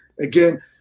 again